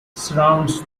surrounds